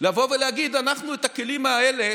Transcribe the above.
לבוא ולהגיד: בכלים האלה